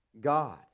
God